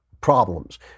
problems